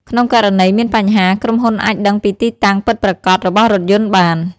ក្នុងករណីមានបញ្ហា ក្រុមហ៊ុនអាចដឹងពីទីតាំងពិតប្រាកដរបស់រថយន្តបាន។